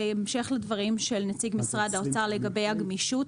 בהמשך לדברים של נציג משרד האוצר לגבי הגמישות,